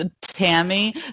Tammy